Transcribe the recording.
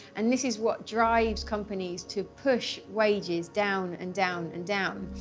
and this is what drives companies to push wages down and down and down.